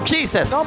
Jesus